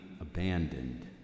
abandoned